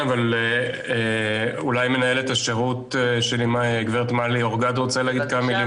אולי מנהלת השירות גב' מלי אורגד רוצה להגיד כמה מילים קודם.